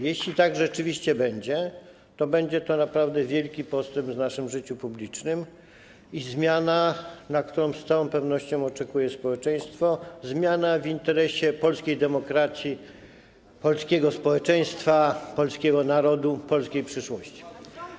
Jeśli tak rzeczywiście będzie, to będzie to naprawdę wielki postęp w naszym życiu publicznym i zmiana, której z całą pewnością oczekuje społeczeństwo, zmiana w interesie polskiej demokracji, polskiego społeczeństwa, polskiego narodu, polskiej przyszłości.